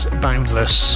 boundless